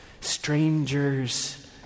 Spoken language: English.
strangers